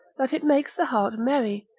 that it makes the heart merry,